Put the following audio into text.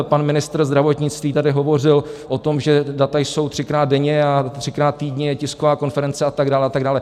Pan ministr zdravotnictví tady hovořil o tom, že data jsou třikrát denně a třikrát týdně je tisková konference a tak dále, a tak dále.